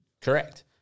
Correct